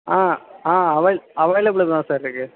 ஆ ஆ அவேல் அவேலப்பிளில் தான் சார் இருக்குது